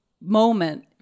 moment